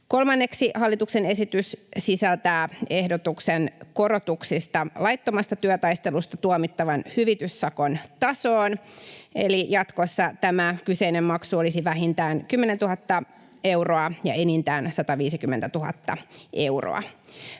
Kolmanneksi hallituksen esitys sisältää ehdotuksen korotuksista laittomasta työtaistelusta tuomittavan hyvityssakon tasoon. Eli jatkossa tämä kyseinen maksu olisi vähintään 10 000 euroa ja enintään 150 000 euroa.